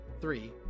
Three